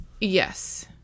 Yes